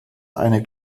eine